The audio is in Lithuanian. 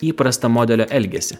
įprastą modelio elgesį